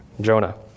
Jonah